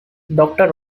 doctor